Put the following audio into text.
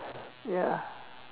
ya